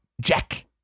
Jack